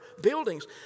buildings